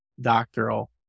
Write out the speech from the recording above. doctoral